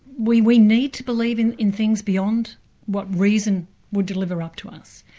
we we need to believe in in things beyond what reason will deliver up to us,